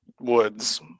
woods